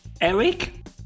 Eric